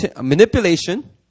manipulation